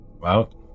wow